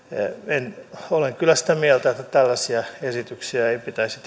olen kyllä sitä mieltä että tällaisia esityksiä ei pitäisi